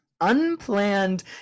unplanned